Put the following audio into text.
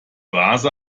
vase